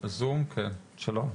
שלום.